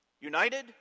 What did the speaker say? United